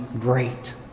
great